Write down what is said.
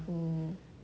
mm